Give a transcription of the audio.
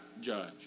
judge